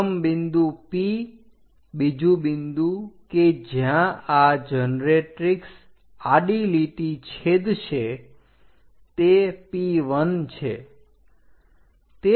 પ્રથમ બિંદુ P બીજું બિંદુ કે જ્યાં આ જનરેટ્રીક્ષ આડી લીટી છેદશે તે P1 છે